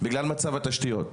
בגלל מצב התשתיות.